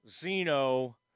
Zeno